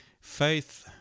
faith